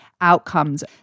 outcomes